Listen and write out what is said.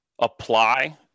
apply